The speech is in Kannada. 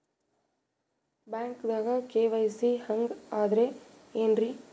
ಬ್ಯಾಂಕ್ದಾಗ ಕೆ.ವೈ.ಸಿ ಹಂಗ್ ಅಂದ್ರೆ ಏನ್ರೀ?